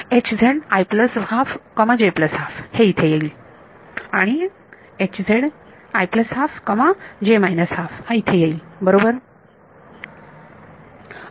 हे इथे येईल आणि हा इथे येईल बरोबर